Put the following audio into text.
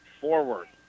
forward